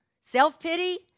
self-pity